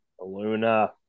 Luna